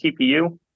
TPU